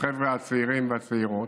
החבר'ה הצעירים והצעירות,